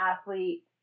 athlete